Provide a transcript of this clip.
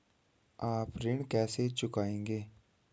आप ऋण कैसे चुकाएंगे?